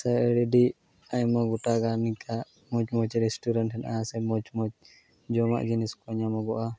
ᱥᱟᱭᱟᱨᱰᱤ ᱟᱭᱢᱟ ᱜᱚᱴᱟᱜᱟᱱ ᱱᱮᱝᱠᱟ ᱢᱚᱡᱽᱼᱢᱚᱡᱽ ᱨᱮᱥᱴᱩᱨᱮᱱᱴ ᱦᱮᱱᱟᱜᱼᱟ ᱥᱮ ᱢᱚᱡᱽᱼᱢᱚᱡᱽ ᱡᱚᱢᱟᱜ ᱡᱤᱱᱤᱥ ᱠᱚ ᱧᱟᱢᱚᱜᱚᱼᱟ